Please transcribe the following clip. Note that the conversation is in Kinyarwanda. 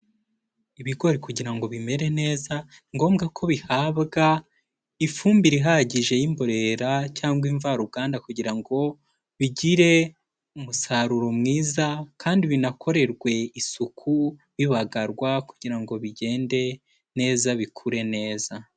Ibigori kugira ngo bimere neza, ni ngombwa ko bihabwa ifumbire ihagije y'imborera cyangwa imvaruganda kugira ngo bigire umusaruro mwiza kandi binakorerwe isuku bibagarwa kugira ngo bigende neza bikure neza.